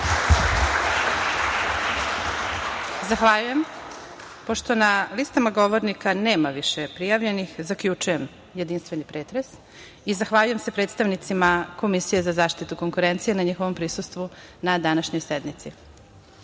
Zahvaljujem. Pošto na listama govornika nema više prijavljenih, zaključujem jedinstveni pretres i zahvaljujem se predstavnicima Komisije za zaštitu konkurencije na njihovom prisustvu na današnjoj sednici. Mi